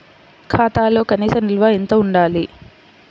ఖాతాలో కనీస నిల్వ ఎంత ఉండాలి?